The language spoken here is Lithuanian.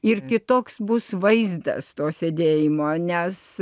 ir kitoks bus vaizdas to sėdėjimo nes